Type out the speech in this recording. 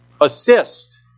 assist